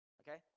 okay